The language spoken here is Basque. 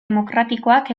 demokratikoak